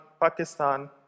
Pakistan